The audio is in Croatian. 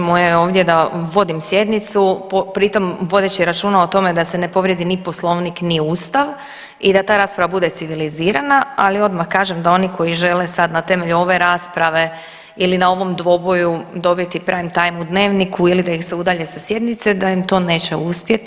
Moje je ovdje da vodim sjednicu pri tom vodeći računa o tome se ne povrijedi ni Poslovnik ni Ustav i da ta rasprava bude civilizirana, ali odmah kažem da oni koji žele sad na temelju ove rasprave ili na ovom dvoboju dobiti prime time u dnevniku ili da ih se udalji sa sjednice da im to neće uspjeti.